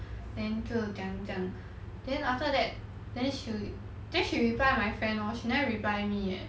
then to 讲讲 then after that then she then she reply my friend lor she never reply me leh